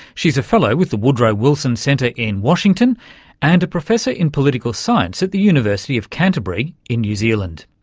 she's a fellow with the woodrow wilson centre in washington and a professor in political science at the university of canterbury in new zealand.